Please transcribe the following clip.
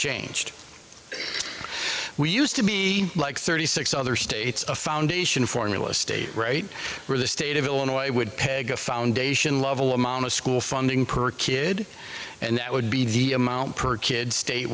changed we used to be like thirty six other states a foundation formula stayed right where the state of illinois would peg a foundation level amount of school funding per kid and that would be the amount per kid state